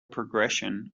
progression